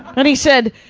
and he said,